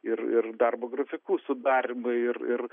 ir ir darbo grafikų sudarymai ir ir